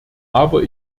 aber